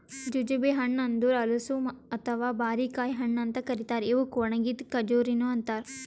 jujube ಹಣ್ಣ ಅಂದುರ್ ಹಲಸು ಅಥವಾ ಬಾರಿಕಾಯಿ ಹಣ್ಣ ಅಂತ್ ಕರಿತಾರ್ ಇವುಕ್ ಒಣಗಿದ್ ಖಜುರಿನು ಅಂತಾರ